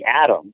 atom